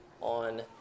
on